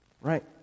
Right